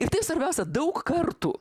ir taip svarbiausia daug kartų